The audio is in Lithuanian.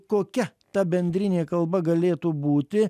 kokia ta bendrinė kalba galėtų būti